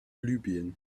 libyen